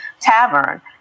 Tavern